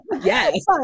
yes